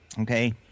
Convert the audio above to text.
Okay